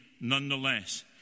nonetheless